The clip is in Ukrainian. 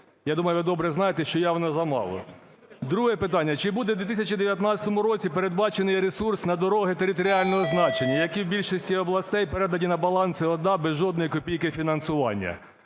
я думаю ви добре знаєте, що явно замало. Друге питання. Чи буде в 2012 році передбачений ресурс на дороги територіального значення, який в більшості областей передані на баланси ОДА без жодної копійки фінансування.